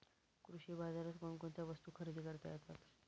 कृषी बाजारात कोणकोणत्या वस्तू खरेदी करता येतात